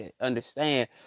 understand